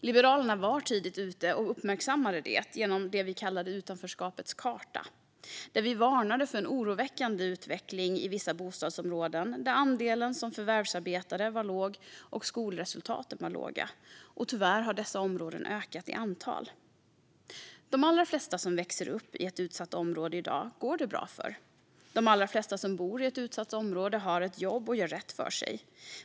Liberalerna var tidigt ute och uppmärksammande detta genom det vi kallade utanförskapets karta, där vi varnade för en oroväckande utveckling i vissa bostadsområden där andelen som förvärvsarbetade var låg och skolresultaten var låga. Tyvärr har dessa områden ökat i antal. De allra flesta som växer upp i ett utsatt område i dag går det bra för. De allra flesta som bor i ett utsatt område har ett jobb och gör rätt för sig.